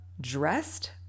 dressed